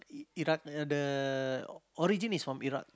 Iraq the origin is from Iraq